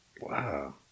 wow